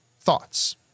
thoughts